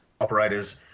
operator's